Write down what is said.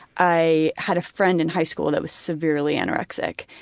i had a friend in high school that was severely anorexic.